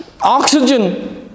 oxygen